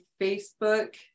Facebook